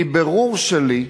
מבירור שלי,